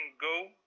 go